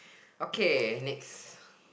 okay next